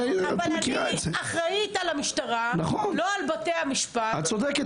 אני אחראית על המשטרה, לא על בתי המשפט.